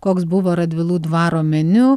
koks buvo radvilų dvaro meniu